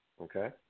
okay